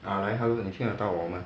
ah 来 hello 你听得到我 mah